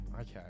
okay